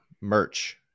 merch